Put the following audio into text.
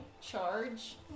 charge